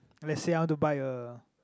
let's say I want to buy a